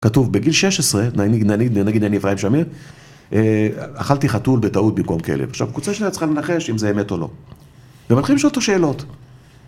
כתוב, בגיל 16, נגיד אני אפריים שמיר, אכלתי חתול בטעות במקום כלב. עכשיו, קבוצה שלנו צריכה לנחש אם זה אמת או לא. ומתחילים לשאול אותו שאלות.